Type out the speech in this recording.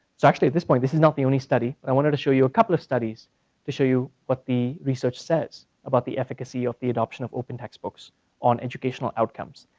so actually at this point this is not the only study, but i wanted to show you a couple studies to show you what the research says about the efficacy of the adaption of open textbooks on educational outcomes.